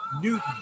Newton